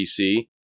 PC